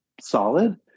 solid